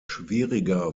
schwieriger